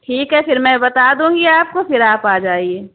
ٹھیک ہے پھر میں بتا دوں گی آپ کو پھر آپ آ جائیے